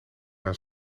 aan